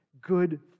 good